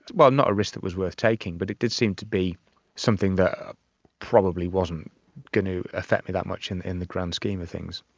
well, not a risk that was worth taking, but it did seem to be something that probably wasn't going to affect me that much in in the grand scheme of things.